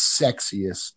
sexiest